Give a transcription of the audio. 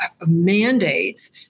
mandates